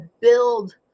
build